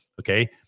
Okay